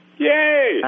Yay